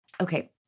Okay